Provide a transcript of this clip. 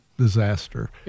disaster